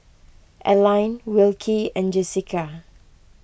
Alline Wilkie and Jessica